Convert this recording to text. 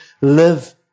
live